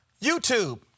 YouTube